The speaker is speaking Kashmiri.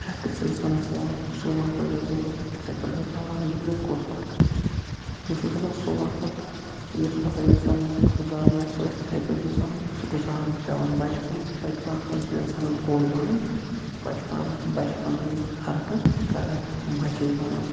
سُہ چھُ پرٛٮ۪تھ کٲنٛسہِ اِنسانَس یِوان سُہ وقت گَژھِ ضروٗری تِتھے پٲٹھۍ گُزارُن وۄنۍ دٔپِو تُہۍ کُس وقت بہٕ چھُس دَپان سُہ وقت یُس وقت ییٚمہِ ساتہٕ اِنسان گُزاران آسہِ سُہ گَژھِ تِتھے پٲٹھۍ گُزارُن یِتھ پٲٹھۍ سُہ گُزارُن چھُ پیٚوان بَچپَن چھُ بَچپَنَس مَنٛز چھُ اِنسانَس بوٚڈ بَنُن بَچپَنَس مَنٛز چھِ بَچپَن حَرکَت کَرنہِ بَچے بَنُن